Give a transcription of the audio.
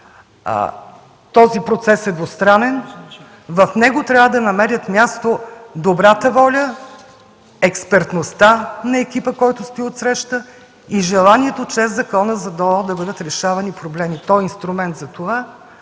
Този процес е двустранен, в него трябва да намерят място добрата воля, експертността на екипа, който стои отсреща и желанието чрез Закона за бюджета на ДОО да бъдат решавани проблеми. Той е инструмент за това,